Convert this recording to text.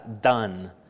done